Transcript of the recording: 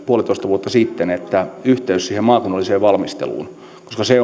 puolitoista vuotta sitten että yhteys siihen maakunnalliseen valmisteluun koska se